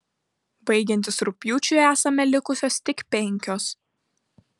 baigiantis rugpjūčiui esame likusios tik penkios